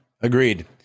Agreed